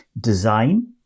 design